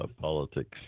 politics